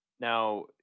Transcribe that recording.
Now